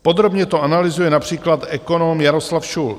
Podrobně to analyzuje například ekonom Jaroslav Šulc.